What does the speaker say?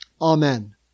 Amen